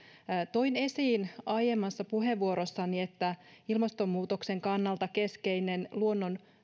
toin esiin aiemmassa puheenvuorossani että ilmastonmuutoksen kannalta keskeinen luonnon